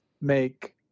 make